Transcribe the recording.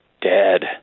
dead